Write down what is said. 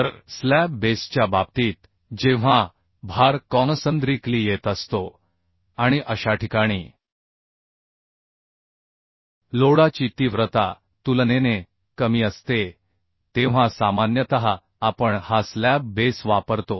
तर स्लॅब बेसच्या बाबतीत जेव्हा भार कॉनसन्द्रीकली येत असतो आणि अशाठिकाणी लोडाची तीव्रता तुलनेने कमी असते तेव्हा सामान्यतः आपण हा स्लॅब बेस वापरतो